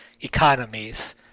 economies